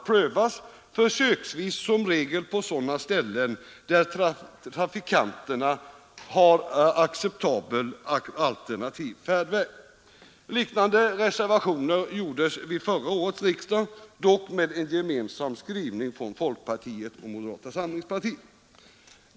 Liknande reservation gjordes vid förra årets riksdag, dock med en gemensam skrivning från folkpartiet och moderata samlingspartiet.